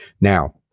Now